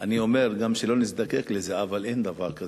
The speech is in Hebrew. אני אומר גם שלא נזדקק לזה, אבל אין דבר כזה.